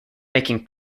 making